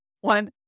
One